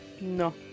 No